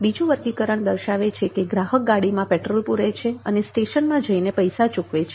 બીજું વર્ગીકરણ દર્શાવે છે કે ગ્રાહક ગાડીમાં પેટ્રોલ પૂરે છે અને સ્ટેશનમાં જઈને પૈસા ચૂકવે છે